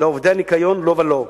לעובדי הניקיון, לא ולא.